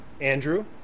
Andrew